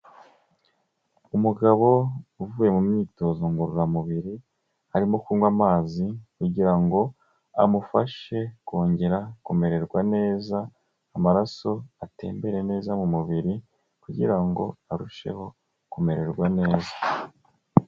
Umugabo uvuye mu myitozo ngororamubiri, arimo kunywa amazi kugira ngo amufashe kongera kumererwa neza, amaraso atembere neza mu mubiri kugira ngo arusheho kumererwa neza.